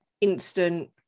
instant